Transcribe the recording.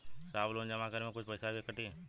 साहब लोन जमा करें में कुछ पैसा भी कटी?